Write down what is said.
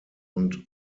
und